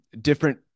different